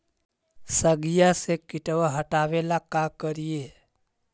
सगिया से किटवा हाटाबेला का कारिये?